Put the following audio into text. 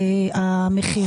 המכירה,